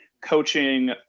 coaching